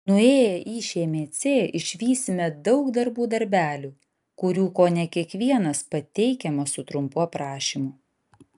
nuėję į šmc išvysime daug darbų darbelių kurių kone kiekvienas pateikiamas su trumpu aprašymu